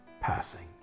passing